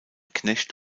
knecht